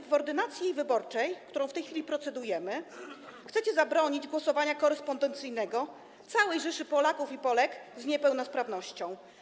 W ordynacji wyborczej, nad którą w tej chwili procedujemy, chcecie zabronić głosowania korespondencyjnego całej rzeszy Polaków i Polek z niepełnosprawnością.